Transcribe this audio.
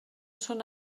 són